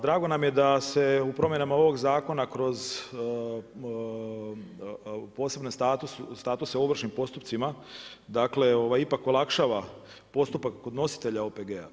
Drago nam je da se u promjena ovog zakona kroz posebne statuse u ovršnim postupcima, dakle ipak olakšava postupak podnositelja OPG-a.